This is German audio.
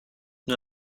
nur